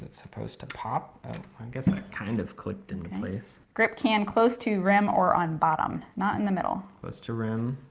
supposed to pop. i guess it kind of clicked in place. grip can close to rim or on bottom, not in the middle. close to rim.